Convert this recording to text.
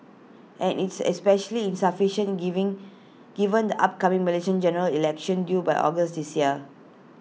and it's especially insufficient in giving given the upcoming Malaysian General Election due by August this year